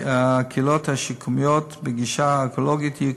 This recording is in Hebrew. הקהילות השיקומיות בגישה האקולוגית יהיו